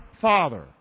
Father